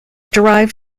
derived